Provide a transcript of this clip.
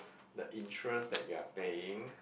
the interest that you are paying